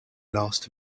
last